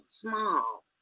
small